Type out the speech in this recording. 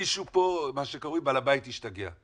מישהו פה, מה שקרוי בעל הבית, השתגע.